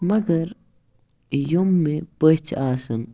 اَگر یِم مےٚ پٔژھ آسان